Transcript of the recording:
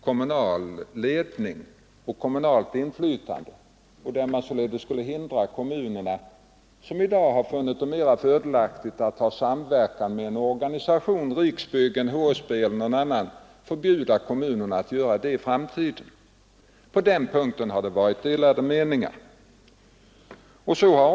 Det är väl riktigt, som det har sagts här, att det finns bostadsområden som är mindre lyckade, men jag vill säga att dessa områden inte på något sätt är typiska för hur vi bygger bostäder i vårt land i dag.